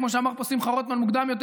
כמו שאמר פה שמחה רוטמן מוקדם יותר,